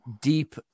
deep